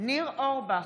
ניר אורבך,